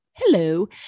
Hello